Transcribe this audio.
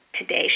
Today